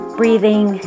breathing